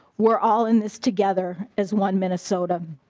we are all in this together as one minnesota.